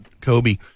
Kobe